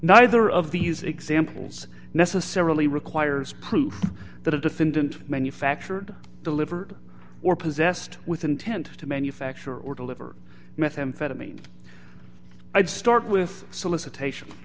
neither of these examples necessarily requires proof that a defendant manufactured delivered or possessed with intent to manufacture or deliver methamphetamine i'd start with solicitation